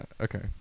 okay